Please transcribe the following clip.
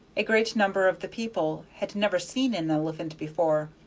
a great number of the people had never seen an elephant before,